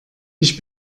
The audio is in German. ich